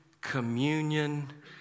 communion